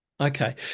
Okay